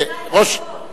שינה את החוק.